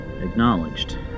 Acknowledged